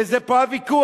וזה פה הוויכוח.